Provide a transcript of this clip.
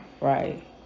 right